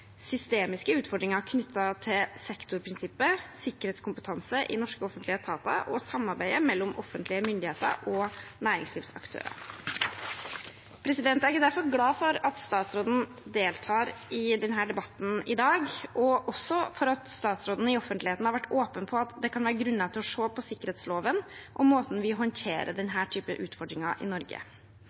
systemiske utfordringer knyttet til sektorprinsippet, sikkerhetskompetanse i norske offentlige etater og samarbeidet mellom offentlige myndigheter og næringslivsaktører. Jeg er derfor glad for at statsråden deltar i denne debatten i dag, og for at statsråden i offentligheten har vært åpen på at det kan være grunner til å se på sikkerhetsloven og måten vi håndterer denne typen utfordringer på i Norge.